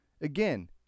Again